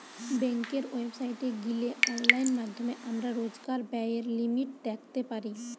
বেংকের ওয়েবসাইটে গিলে অনলাইন মাধ্যমে আমরা রোজকার ব্যায়ের লিমিট দ্যাখতে পারি